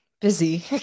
Busy